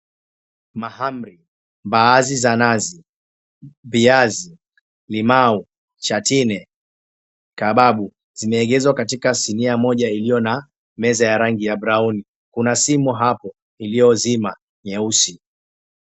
Mahamri, mbaazi za nazi, viazi, limau, chatine, kababu ,zimeegezwa katika sinia moja iliyo na meza ya rangi ya brauni. kuna simu hapo iliyozima, nyeusi.